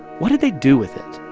what did they do with it?